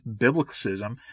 biblicism